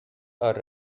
are